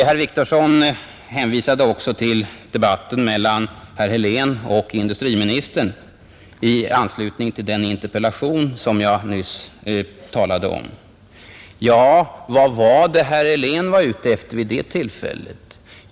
Herr Wictorsson hänvisade också till debatten mellan herr Helén och industriministern i anslutning till den interpellation som jag nyss talade om. Ja, vad var det herr Helén var ute efter vid det tillfället?